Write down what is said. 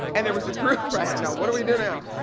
and there was a group right, i know. what do we do now?